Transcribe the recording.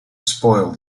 spoil